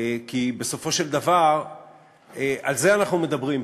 כי בסופו של דבר על זה אנחנו מדברים פה.